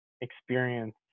experience